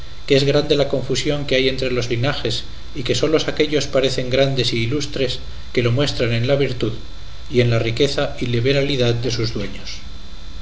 que es grande la confusión que hay entre los linajes y que solos aquéllos parecen grandes y ilustres que lo muestran en la virtud y en la riqueza y liberalidad de sus dueños